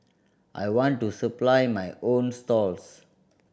I want to supply my own stalls